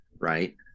Right